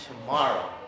tomorrow